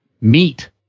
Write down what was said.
meat